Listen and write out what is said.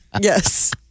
Yes